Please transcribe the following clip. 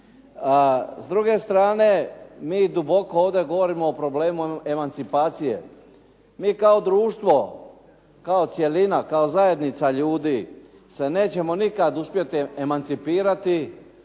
S druge strane, mi duboko ovdje govorimo o problemu emancipacije. Mi kao društvo, kao cjelina, kao zajednica ljudi se nećemo nikad uspjeti emancipirati